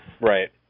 Right